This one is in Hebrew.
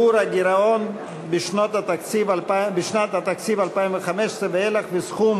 (שיעור הגירעון בשנות התקציב 2015 ואילך וסכום